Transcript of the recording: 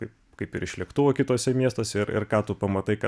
kaip kaip ir iš lėktuvo kituose miestuose ir ir ką tu pamatai ką